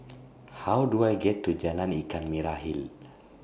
How Do I get to Jalan Ikan Merah Hill